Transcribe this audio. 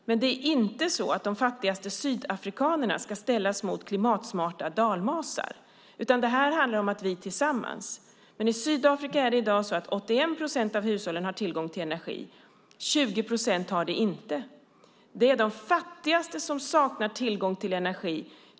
De fattigaste sydafrikanerna ska inte ställas mot klimatsmarta dalmasar. I Sydafrika har 81 procent av hushållen tillgång till energi, och 20 procent har inte det. Det är de fattigaste som saknar tillgång till energi.